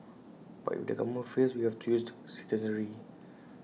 but if the government fails we have to use the citizenry